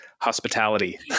hospitality